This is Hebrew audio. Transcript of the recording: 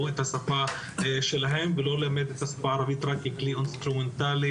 את השפה שלהם ולא ללמד את השפה רק ככלי אינסטרומנטלי